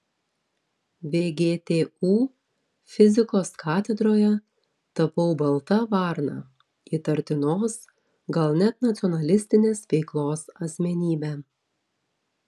vgtu fizikos katedroje tapau balta varna įtartinos gal net nacionalistinės veiklos asmenybe